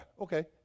Okay